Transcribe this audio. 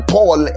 Paul